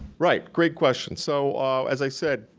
right, great question. so ah as i said,